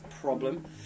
problem